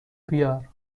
بیار